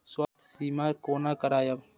स्वास्थ्य सीमा कोना करायब?